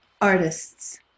artists